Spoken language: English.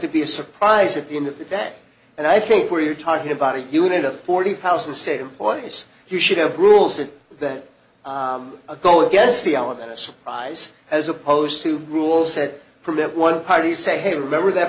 to be a surprise at the end of the day and i think where you're talking about a unit of forty thousand state employees you should have rules that then go against the element of surprise as opposed to rules that permit one party say hey remember that